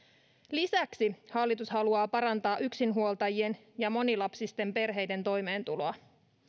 lisäksi hallitus haluaa parantaa yksinhuoltajien ja monilapsisten perheiden toimeentuloa